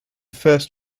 first